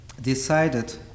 decided